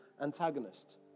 antagonist